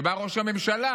בא ראש הממשלה